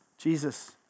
Jesus